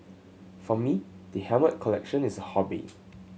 for me the helmet collection is a hobby